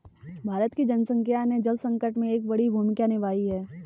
भारत की जनसंख्या ने जल संकट में एक बड़ी भूमिका निभाई है